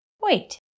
Wait